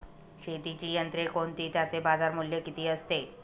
शेतीची यंत्रे कोणती? त्याचे बाजारमूल्य किती असते?